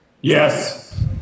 Yes